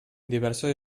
diversos